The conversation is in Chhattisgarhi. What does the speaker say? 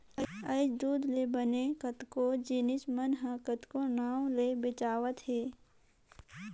आयज दूद ले बने कतको जिनिस मन ह कतको नांव ले बेंचावत हे